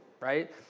right